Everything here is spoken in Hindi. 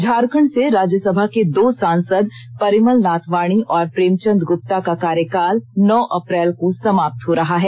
झारखण्ड से राज्य सभा के दो सांसद परिमल नाथवाणी और प्रेमचंद गुप्ता का कार्यकाल नौ अप्रैल को समाप्त हो रहा है